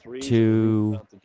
two